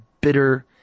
bitter